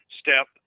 step